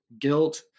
guilt